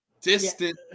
distant